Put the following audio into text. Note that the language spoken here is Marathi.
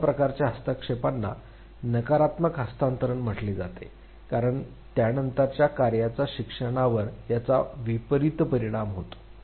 अशा प्रकारच्या हस्तक्षेपांना नकारात्मक हस्तांतरण म्हटले जाते कारण त्यानंतरच्या कार्याच्या शिक्षणावर याचा विपरित परिणाम होतो